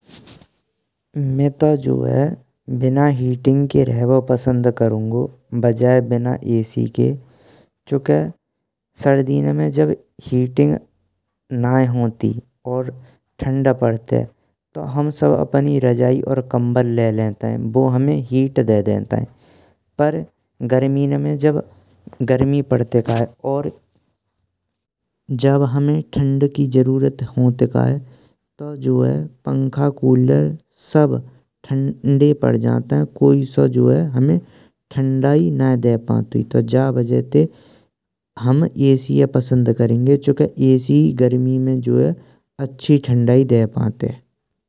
मैं तो जो है बिना हीटिंग के रहबो पसंद करुंगो बजाये बिना एसी के। चुँके सर्दिन में जब हीटिंग नये होतुए और ठंड पड़तेये। तो हम सब अपनी रजाई और कम्बर ले लेतेयें। बू हमें हीट दे देतेयें पर गर्मिन में जब गर्मी पड़ियेके और जब हामें ठंड की जरूरत पड़ाते कथा तो जो है पंखा कूलर सब ठंडो पर जानतेय। कोई सो जो है, हामें ठंडाई नईये दे पांतुई तो जो वजह ते हम एसी पसंद करेंगे चुँके एसी गर्मी में जो है अच्छी ठंडाई दे पांतये।